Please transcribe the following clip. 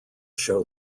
show